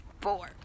Four